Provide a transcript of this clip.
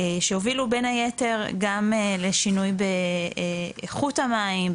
שהובילו בין היתר גם לשינוי באיכות המים,